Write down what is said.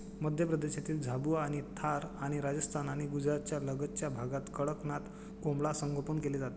मध्य प्रदेशातील झाबुआ आणि धार आणि राजस्थान आणि गुजरातच्या लगतच्या भागात कडकनाथ कोंबडा संगोपन केले जाते